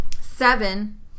Seven